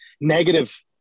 negative